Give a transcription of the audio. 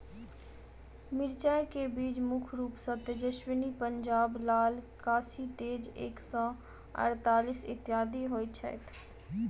मिर्चा केँ बीज मुख्य रूप सँ तेजस्वनी, पंजाब लाल, काशी तेज एक सै अड़तालीस, इत्यादि होए छैथ?